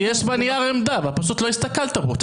יש פה נייר עמדה, פשוט לא הסתכלת בו.